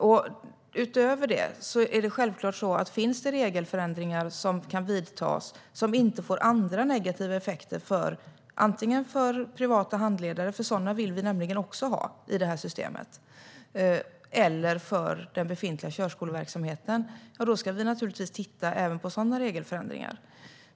Om det finns regelförändringar som kan vidtas som inte får andra negativa effekter för antingen privata handledare, för sådana vill vi nämligen också ha i det här systemet, eller för den befintliga körskoleverksamheten ska vi naturligtvis titta även på sådana regelförändringar.